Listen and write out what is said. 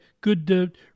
good